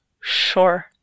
sure